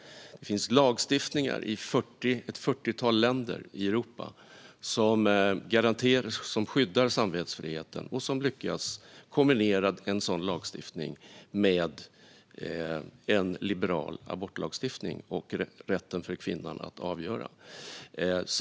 Det finns lagstiftning i ett fyrtiotal länder i Europa som skyddar samvetsfriheten och lyckas kombinera en sådan lagstiftning med en liberal abortlagstiftning och rätten för kvinnan att avgöra.